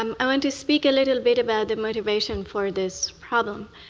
um i want to speak a little bit about the motivation for this problem.